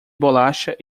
bolacha